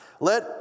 Let